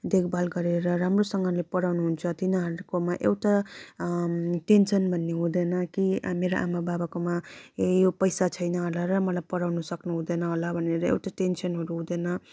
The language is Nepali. देखभाल गरेर राम्रोसँगले पढाउनुहुन्छ तिनीहरूकोमा एउटा टेन्सन भन्ने हुँदैन कि मेरो आमा बाबाकोमा ए यो पैसा छैन होला र पढाउनु सक्नु हुँदैन होला भनेर एउटा टेन्सनहरू हुँदैन